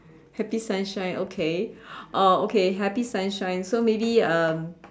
happy sunshine okay uh okay happy sunshine so maybe um